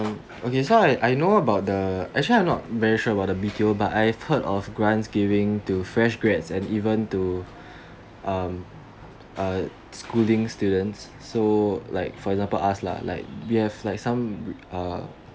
um okay so I I know about the actually I'm not very sure about the B_T_O but I heard of grants giving to fresh grads and even to um uh schooling students so like for example us lah like we have like some uh